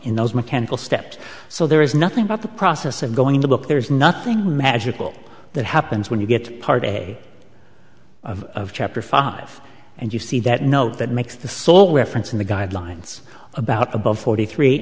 in those mechanical steps so there is nothing about the process of going to book there is nothing magical that happens when you get part of a of chapter five and you see that note that makes the sole reference in the guidelines about above forty three